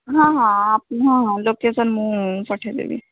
ହଁ ହଁ ହଁ ହଁ ଲୋକେସନ୍ ମୁଁ ପଠାଇଦେବି